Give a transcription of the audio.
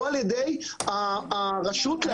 או על ידי הרשות להסמכת מעבדות?